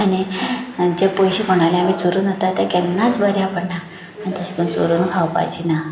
आनी जे पयशे कोणाचे आमी चोरून व्हरता ते केन्नाच बऱ्याक पडना आनी तशें करून चोरून खावपाचें ना